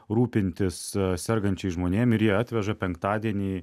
rūpintis sergančiais žmonėm ir jie atveža penktadienį